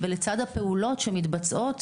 ולצד הפעולות שמתבצעות